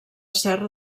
serra